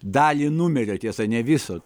dalį numerio tiesa ne viso